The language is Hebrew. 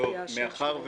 מופיע השם שלהם.